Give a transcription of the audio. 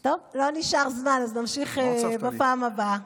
טוב, לא נשאר זמן, אז נמשיך בפעם הבאה.